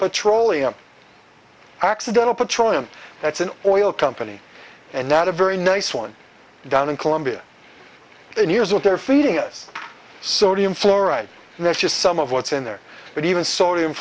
petroleum accidental petroleum that's an oil company and not a very nice one down in colombia in years what they're feeding us sodium fluoride that's just some of what's in there but even sodium